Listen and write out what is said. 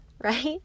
right